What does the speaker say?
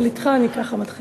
אבל אתך אני ככה מתחילה,